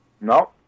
No